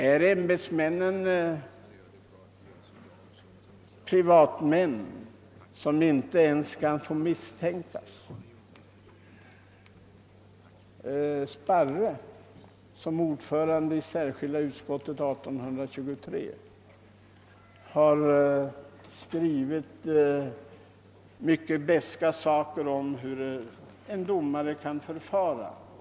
Är ämbetsmännen människor som inte ens kan få misstänkas? En 1800-tals Sparre, ordförande i särskilda utskottet 1823, har skrivit mycket beskt om hur en domare kan förfara.